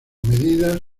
medidas